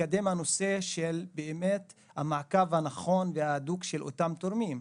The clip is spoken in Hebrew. לקדם את הנושא של באמת המעקב הנכון וההדוק אחרי אותם תורמים.